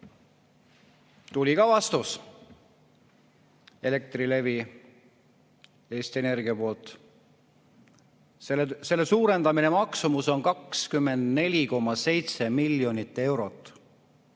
Tuli ka vastus Elektrilevilt, Eesti Energialt. Selle suurendamise maksumus on 24,7 miljonit eurot. Olen